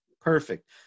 perfect